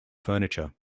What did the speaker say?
furniture